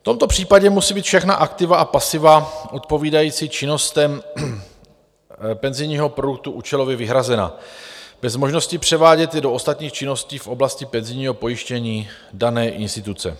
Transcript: V tomto případě musí být všechna aktiva a pasiva odpovídající činnostem penzijního produktu účelově vyhrazena bez možnosti převádět je do ostatních činností v oblasti penzijního pojištění dané instituce.